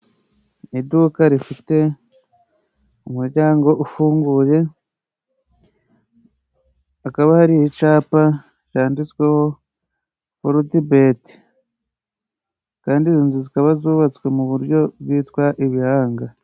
Iduka rifite umuryango ufunguye. Hakaba hari icapa cyanditsweho forudibete ,kandi inzuzu zikaba zubatswe mu buryo bwitwa ibihanga.